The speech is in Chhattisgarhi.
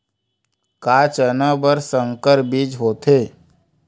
का चना बर संकर बीज होथे?